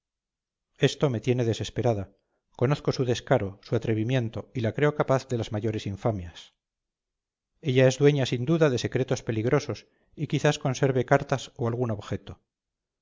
esto me tiene desesperada conozco su descaro su atrevimiento y la creo capaz de las mayores infamias ella es dueña sin duda de secretos peligrosos y quizás conserve cartas o algún objeto